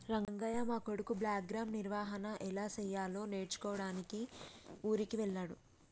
రంగయ్య మా కొడుకు బ్లాక్గ్రామ్ నిర్వహన ఎలా సెయ్యాలో నేర్చుకోడానికి ఊరికి వెళ్ళాడు